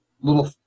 Little